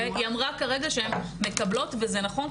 היא אמרה כרגע שהן מקבלות וזה נכון,